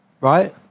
right